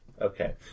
Okay